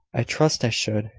i trust i should,